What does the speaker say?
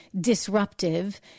disruptive